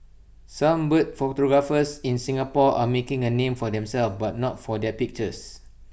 some bird photographers in Singapore are making A name for themselves but not for their pictures